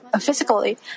physically